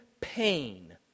pain